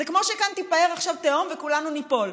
זה כמו שכאן תיפער עכשיו תהום וכולנו ניפול.